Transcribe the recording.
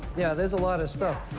yeah, there's a lot of stuff.